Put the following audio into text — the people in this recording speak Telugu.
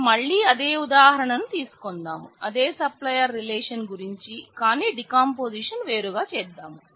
ఇపుడు మళ్ళీ అదే ఉదాహరణ ను తీసుకుందాం అదే సప్లయర్ రిలేషన్ వేరుగా చేద్దాం